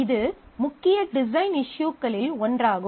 இது முக்கிய டிசைன் இஸ்யூக்களில் ஒன்றாகும்